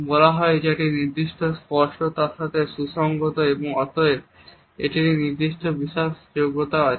বলা হয় যে এটি একটি নির্দিষ্ট স্পষ্ট তার সাথে সুসংহত এবং অতএব এটি একটি নির্দিষ্ট বিশ্বাসযোগ্যতাও আছে